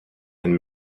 and